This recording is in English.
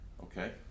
Okay